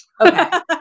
Okay